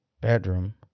bedroom